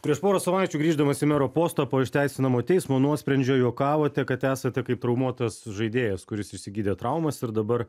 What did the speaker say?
prieš porą savaičių grįždamas į mero postą po išteisinamo teismo nuosprendžio juokavote kad esate kaip traumuotas žaidėjas kuris išsigydė traumas ir dabar